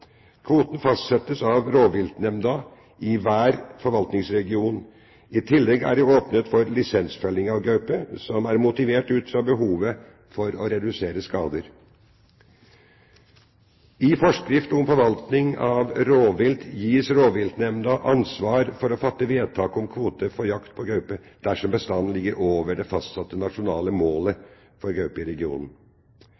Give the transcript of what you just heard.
Kvoten fastsettes av rovviltnemnda i hver forvaltningsregion. I tillegg er det åpnet for lisensfelling av gaupe, som er motivert ut fra behovet for å redusere skader. I forskrift om forvaltning av rovvilt gis rovviltnemnda ansvar for å fatte vedtak om kvote for jakt på gaupe dersom bestanden ligger over det fastsatte nasjonale målet